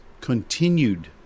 continued